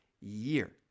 year